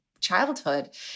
childhood